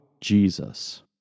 Jesus